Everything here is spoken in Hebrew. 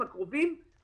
אני אשמח.